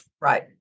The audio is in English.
Right